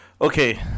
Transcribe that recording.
Okay